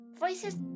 Voices